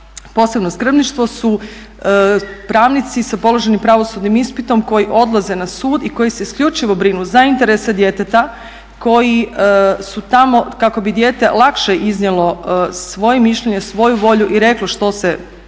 posebno skrbništvo su pravnici sa položenim pravosudnim ispitom koji odlaze na sud i koji se isključivo brinu za interese djeteta koji su tamo kako bi dijete lakše iznijelo svoje mišljenje, svoju volju i reklo što se